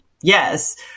Yes